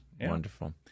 wonderful